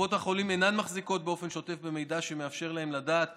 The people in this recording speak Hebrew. קופות החולים אינן מחזיקות באופן שוטף במידע שמאפשר להן לדעת